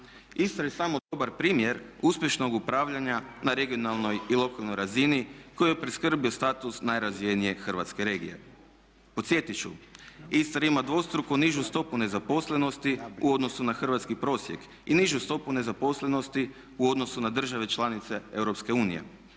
Istra je samo dobar primjer uspješnog upravljanja na regionalnoj i lokalnoj razini koji joj je priskrbio status najrazvijenije hrvatske regije. Podsjetit ću Istra ima dvostruko nižu stopu nezaposlenosti u odnosu na hrvatski prosjek i nižu stopu nezaposlenosti u odnosu na države članice EU.